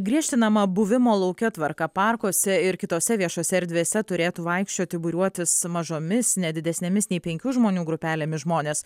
griežtinama buvimo lauke tvarka parkuose ir kitose viešose erdvėse turėtų vaikščioti būriuotis mažomis ne didesnėmis nei penkių žmonių grupelėmis žmonės